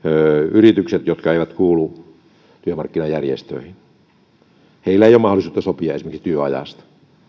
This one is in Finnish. yrityksillä jotka eivät kuulu työmarkkinajärjestöihin ei ole mahdollisuutta sopia esimerkiksi työajasta